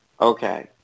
Okay